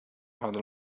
هذا